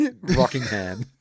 Rockingham